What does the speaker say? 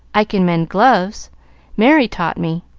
i can mend gloves merry taught me,